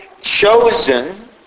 Chosen